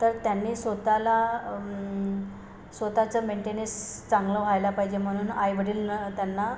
तर त्यांनी स्वतःला स्वतःचं मेंटेनेन्स चांगलं व्हायला पाहिजे म्हणून आईवडील न त्यांना